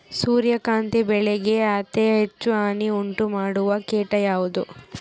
ಸೂರ್ಯಕಾಂತಿ ಬೆಳೆಗೆ ಅತೇ ಹೆಚ್ಚು ಹಾನಿ ಉಂಟು ಮಾಡುವ ಕೇಟ ಯಾವುದು?